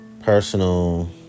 personal